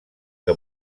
que